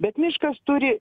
bet miškas turi